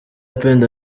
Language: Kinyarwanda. pendo